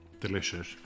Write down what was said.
delicious